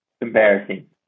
embarrassing